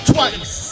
Twice